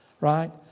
Right